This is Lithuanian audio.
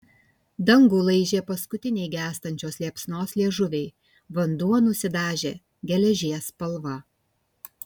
dangų laižė paskutiniai gęstančios liepsnos liežuviai vanduo nusidažė geležies spalva